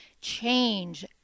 change